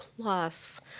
plus